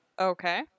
okay